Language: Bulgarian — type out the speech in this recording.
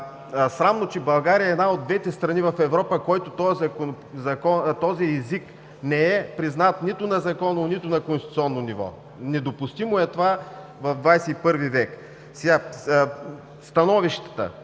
срамно, че България е една от двете страни в Европа, където този език не е признат нито на законово, нито на конституционно ниво. Недопустимо е това в ХХI век. Становищата